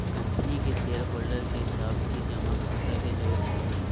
company के shareholder के सावधि जमा खाता के जरूरत होवो हय